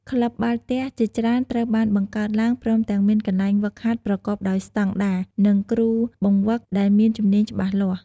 ក្លឹបបាល់ទះជាច្រើនត្រូវបានបង្កើតឡើង ព្រមទាំងមានកន្លែងហ្វឹកហាត់ប្រកបដោយស្តង់ដារ និងគ្រូបង្វឹកដែលមានជំនាញច្បាស់លាស់។